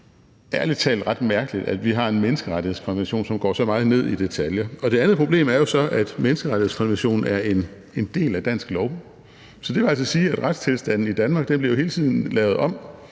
ærlig talt ret mærkeligt, at vi har en menneskerettighedskonvention, som går så meget ned i detaljer. Det andet problem er jo så, at menneskerettighedskonventionen er en del af dansk lov. Så det vil altså sige, at retstilstanden i Danmark hele tiden bliver lavet om